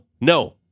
No